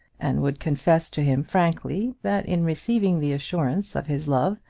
and would confess to him frankly, that in receiving the assurance of his love,